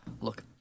look